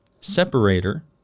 separator